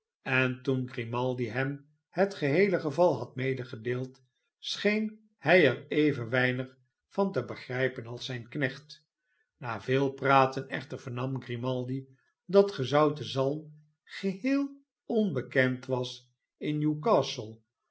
en toen grimaldi hem het geheele geval had medegedeeld scheen hij er even weiriig van te begrijpen als zijn knecht na veel praten echter vernam grimaldi dat gezouten zalm geheel onbekend was in